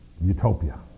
Utopia